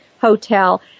hotel